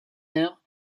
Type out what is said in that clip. heure